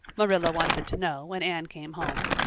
marilla wanted to know when anne came home.